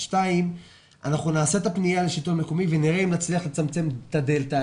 אנחנו נעשה את הפנייה לשלטון המקומי ונראה אם נצליח לצמצם את הדלתא.